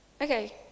Okay